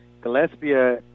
Gillespie